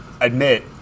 admit